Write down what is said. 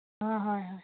অঁ হয় হয়